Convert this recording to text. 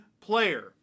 player